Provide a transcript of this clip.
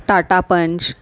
Tata Panch